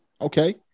Okay